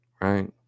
Right